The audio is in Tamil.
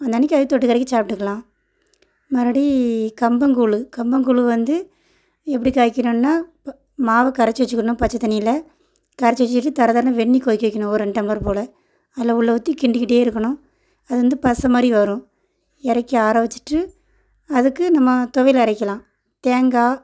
அந்தன்னைக்கு அது தொட்டுக்கிறதுக்கு சாப்பிட்டுக்கலாம் மறுபடி கம்பங்கூழ் கம்பங்கூழ் வந்து எப்படி காய்ச்சணுன்னா இப்போ மாவை கரைச்சி வச்சுக்கணும் பச்சை தண்ணியில் கரைச்சி வச்சிக்கிட்டு தர தரன்னு வெந்நீர் கொதிக்க வைக்கணும் ஒரு ரெண்டு டம்ளர் போல நல்லா உள்ள ஊற்றி கிண்டிக்கிட்டே இருக்கணும் அது வந்து பசை மாதிரி வரும் இறக்கி ஆற வச்சிட்டு அதுக்கு நம்ம துவையல் அரைக்கலாம் தேங்காய்